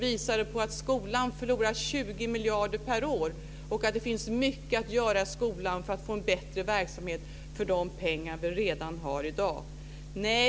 Den visade att skolan förlorar 20 miljarder per år och att det finns mycket att göra i skolan för att få en bättre verksamhet för de pengar vi har redan i dag.